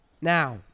Now